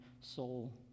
soul